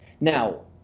now